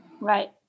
Right